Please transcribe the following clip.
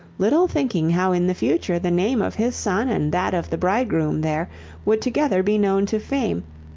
little thinking how in the future the name of his son and that of the bridegroom there would together be known to fame,